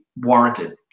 warranted